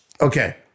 okay